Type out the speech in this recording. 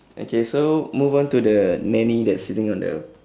okay so move on to the nanny that's sitting on the